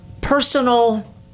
personal